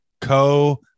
co